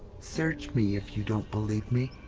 search me if you don't believe me.